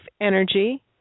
energy